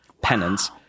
penance